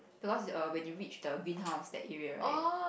the one is a when you reach the green house the area right